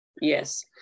yes